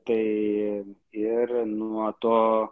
tai ir nuo to